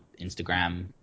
Instagram